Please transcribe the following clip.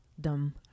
dumb